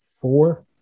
four